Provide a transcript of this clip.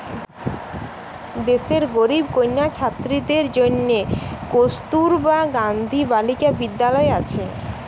দেশের গরিব কন্যা ছাত্রীদের জন্যে কস্তুরবা গান্ধী বালিকা বিদ্যালয় আছে